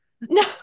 No